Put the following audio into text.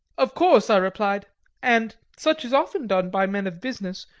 of course, i replied and such is often done by men of business,